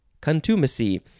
contumacy